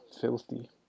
filthy